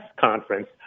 conference